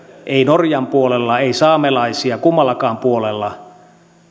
ei norjan puolella ei saamelaisia kummallakaan puolella